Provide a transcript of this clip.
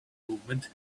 movement